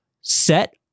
set